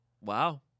Wow